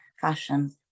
fashion